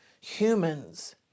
humans